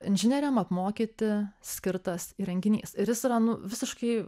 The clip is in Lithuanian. inžinieriam apmokyti skirtas įrenginys ir jis yra nu visiškai